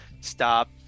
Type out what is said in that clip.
stop